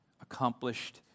accomplished